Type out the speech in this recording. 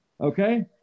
okay